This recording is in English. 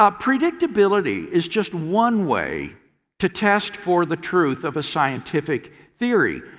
um predictability is just one way to test for the truth of a scientific theory.